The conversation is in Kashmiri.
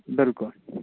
بِلکُل